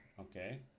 Okay